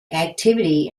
activity